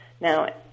Now